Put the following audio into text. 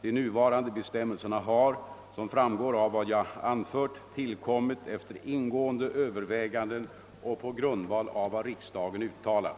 De nuvarande bestämmelserna har, som framgår av vad jag anfört, tillkommit efter ingående överväganden cch på grundval av vad riksdagen uttalat.